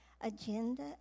agenda